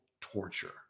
torture